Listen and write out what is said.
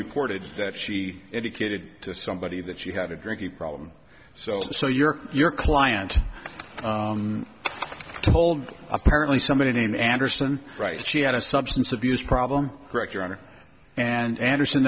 reported that she indicated to somebody that she had a drinking problem so so you're your client told apparently somebody in anderson right she had a substance abuse problem correct your honor and anderson